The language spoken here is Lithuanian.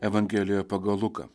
evangelijoj pagal luką